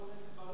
אגב,